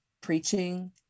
preaching